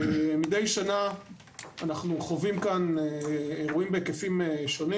מידי שנה אנחנו חווים כאן אירועים בהיקפים שונים